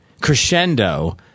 Crescendo